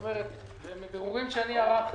אני מדבר